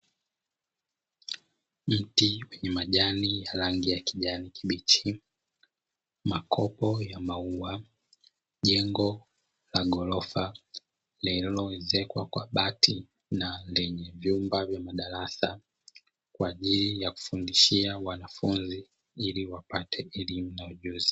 Mti wenye majani ya rangi ya kijani kibichi, makopo ya maua, jengo la gorofa lililoezekwa kwa bati na lenye vyumba vya madarasa, kwa ajili ya kufundishia wanafunzi ili wapate elimu na ujuzi.